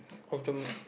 of the